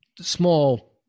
small